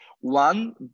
One